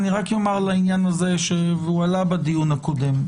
כן, אני רק אומר לעניין הזה שהועלה בדיון הקודם: